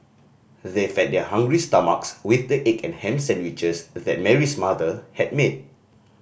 they fed their hungry stomachs with the egg and ham sandwiches that Mary's mother had made